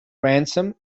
ransom